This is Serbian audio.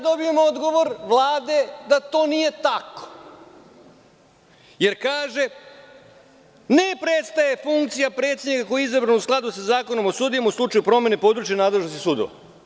Dobijam odgovor Vlade da to nije tako, jer kaže – ne prestaje funkcija predsedniku izabranom u skladu sa Zakonom o sudijama u slučaju promene područja nadležnosti sudova.